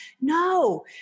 No